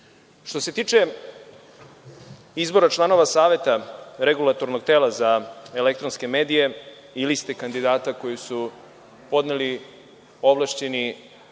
se tiče izbora članova Saveta Regulatornog tela za elektronske medije i liste kandidata koje su podneli ovlašćeni